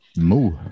Move